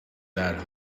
that